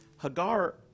Hagar